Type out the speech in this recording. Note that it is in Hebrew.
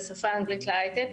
ושפה אנגלית להיי-טק.